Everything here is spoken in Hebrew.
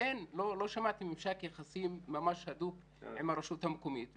לא שמעתי ממשק יחסים ממש הדוק עם הרשות המקומית.